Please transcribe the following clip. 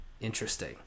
interesting